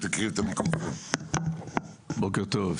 בוקר טוב,